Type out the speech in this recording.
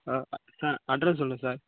ஆ sir address சொல்கிறேன் sir